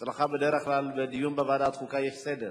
בבקשה.